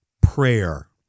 prayer